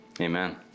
Amen